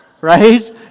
Right